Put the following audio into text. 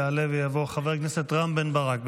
יעלה ויבוא חבר הכנסת רם בן ברק.